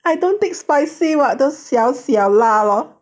I don't take spicy [what] those 小小辣 lor